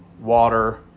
water